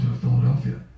philadelphia